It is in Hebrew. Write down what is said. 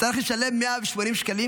צריך לשלם 180 שקלים?